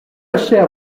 chère